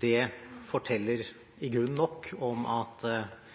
Det forteller i grunnen nok om at